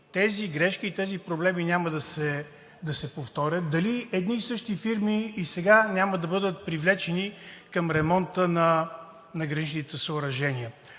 тези грешки и тези проблеми няма да се повторят, дали едни и същи фирми сега няма да бъдат привлечени към ремонта на граничните съоръжения.